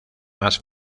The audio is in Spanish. más